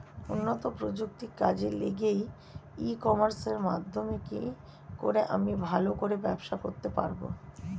উন্নত প্রযুক্তি কাজে লাগিয়ে ই কমার্সের মাধ্যমে কি করে আমি ভালো করে ব্যবসা করতে পারব?